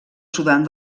sudan